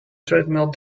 treadmill